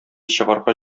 чыгарга